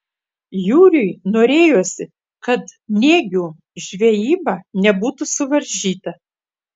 jūriui norėjosi kad nėgių žvejyba nebūtų suvaržyta